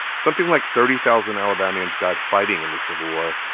something like thirty thousand alabamians died fighting in the civil war.